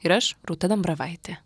ir aš rūta dambravaitė